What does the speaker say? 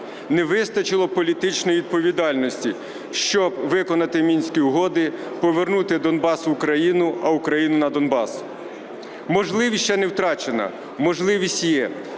не вистачило політичної відповідальності, щоб виконати Мінські угоди, повернути Донбас в Україну, а Україну на Донбас. Можливість ще не втрачена, можливість є.